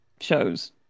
shows